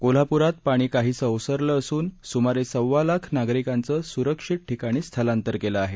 कोल्हापूरात पाणी काहीसं ओसरलं असून स्मारे सव्वा लाख नागरिकांचं स्रक्षित ठिकाणी स्थलांतर केलं आहे